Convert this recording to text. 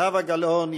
זהבה גלאון,